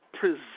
Present